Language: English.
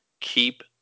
keep